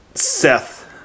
Seth